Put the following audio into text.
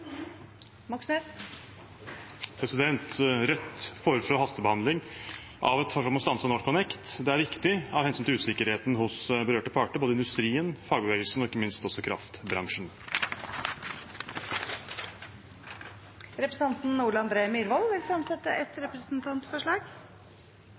Det er viktig av hensyn til usikkerheten hos de berørte parter, både industrien, fagbevegelsen og ikke minst kraftbransjen. Representanten Ole André Myhrvold vil fremsette et